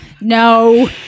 No